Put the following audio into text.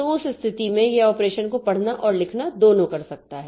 तो उस स्थिति में यह ऑपरेशन को पढ़ना और लिखना दोनों कर सकता है